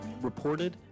reported